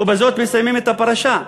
ובזאת מסיימים את הפרשה,